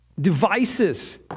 Devices